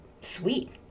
sweet